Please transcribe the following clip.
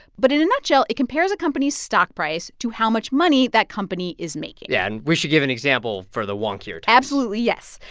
but in a nutshell, it compares a company's stock price to how much money that company is making yeah, and we should give an example for the wonkier types absolutely. yes.